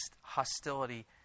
hostility